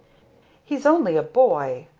he's only a boy!